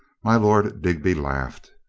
my lord digby laughed.